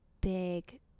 big